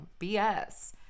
bs